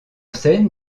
scène